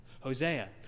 Hosea